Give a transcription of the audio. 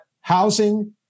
housing